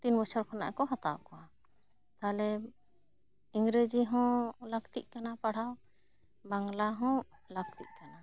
ᱛᱤᱱ ᱵᱚᱪᱷᱚᱨ ᱠᱷᱚᱱᱟᱜ ᱠᱚ ᱦᱟᱛᱟᱣ ᱠᱚᱣᱟ ᱛᱟᱦᱚᱞᱮ ᱤᱝᱨᱟᱹᱡᱤ ᱦᱚᱸ ᱞᱟᱹᱠᱛᱤᱜ ᱠᱟᱱᱟ ᱯᱟᱲᱦᱟᱣ ᱵᱟᱝᱞᱟ ᱦᱚᱸ ᱞᱟᱹᱠᱛᱤᱜ ᱠᱟᱱᱟ